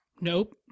Nope